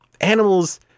animals